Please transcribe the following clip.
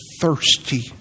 thirsty